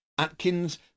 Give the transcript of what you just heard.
Atkins